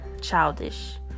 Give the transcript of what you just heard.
childish